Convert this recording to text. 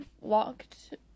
walked